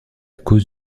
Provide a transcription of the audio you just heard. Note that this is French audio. cause